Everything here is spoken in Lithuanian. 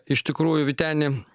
iš tikrųjų vyteni